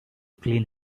clean